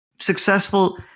successful